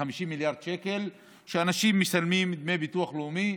כ-50 מיליארד שקל שאנשים משלמים דמי ביטוח לאומי,